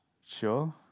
Sure